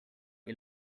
you